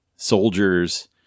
Soldiers